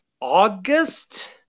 August